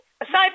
Aside